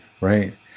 Right